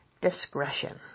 discretion